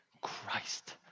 Christ